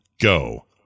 go